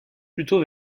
plutôt